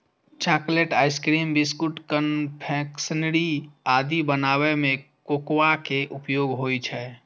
chocolate, ice cream, biscuit, confectionery आदि बनाबै मे कोकोआ के उपयोग होइ छै